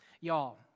y'all